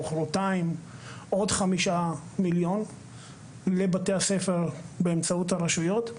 מוחרתיים עוד 5 מיליון לבתי הספר באמצעות הרשויות,